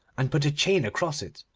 and put a chain across it.